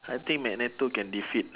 I think magneto can defeat